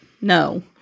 No